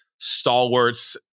stalwarts